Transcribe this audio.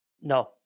No